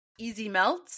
easymelts